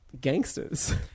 gangsters